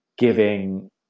giving